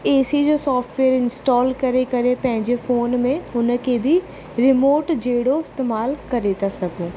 ए C जो software install करे करे पंहिंजे फ़ोन में हुन खे बि रिमोट जहिड़ो इस्तेमाल करे था सघूं